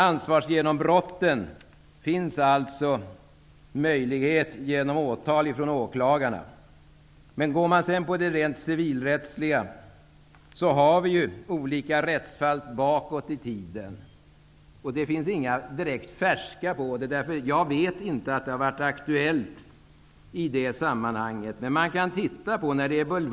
Det finns möjlighet till ansvarsgenombrott genom åtal från åklagare. Civilrättsligt finns också olika rättsfall bakåt i tiden. Det finns inga färska rättsfall på det här området. Jag känner inte till att denna fråga har varit aktuell på senare tid.